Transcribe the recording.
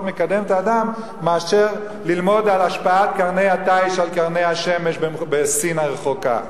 מקדם את האדם מאשר ללמוד על השפעת קרני התיש על קרני השמש בסין הרחוקה.